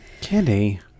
Candy